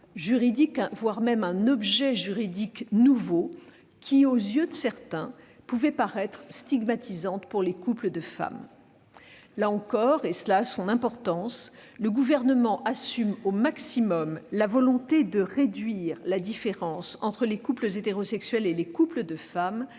juridique, voire un objet juridique nouveau, qui, aux yeux de certains, pouvait être considérée comme stigmatisante pour les couples de femmes. Là encore, et cela a son importance, le Gouvernement assume au maximum la volonté de réduire la différence entre les couples hétérosexuels et les couples de femmes,